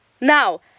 now